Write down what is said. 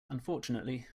unfortunately